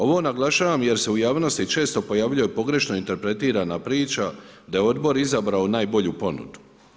Ovo naglašavam jer se u javnosti često pojavljuje pogrešno interpretirana priča da je odbor izabrao najbolju ponudu.